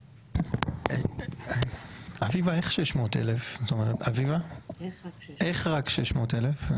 אביבה, איך רק 600,000?